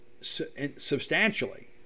substantially